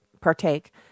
partake